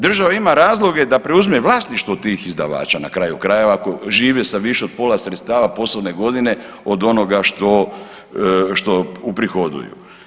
Država ima razloge da preuzme vlasništvo tih izdavača na kraju krajeva ako žive sa više od pola sredstava poslovne godine od onoga što uprihoduju.